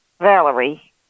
valerie